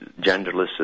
genderless